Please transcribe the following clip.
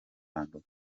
ruhando